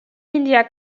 india